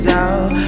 out